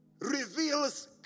reveals